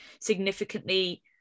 significantly